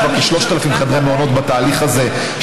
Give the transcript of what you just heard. יש כבר כ-3,000 חדרי מעונות שנבנים בתהליך הזה.